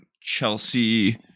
Chelsea